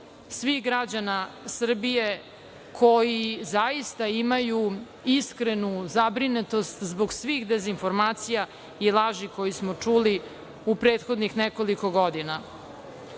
svih građana Srbije, koji zaista imaju iskrenu zabrinutost zbog svih dezinformacija i laži koje smo čuli u prethodnih nekoliko godina. Da